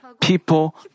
people